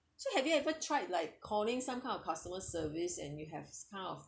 so have you ever tried like calling some kind of customer service and you have kind of